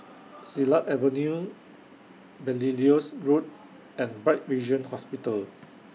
Silat Avenue Belilios Road and Bright Vision Hospital